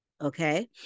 Okay